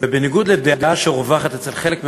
ובניגוד לדעה שרווחת אצל חלק מהאנשים,